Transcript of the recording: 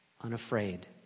unafraid